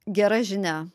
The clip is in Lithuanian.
gera žinia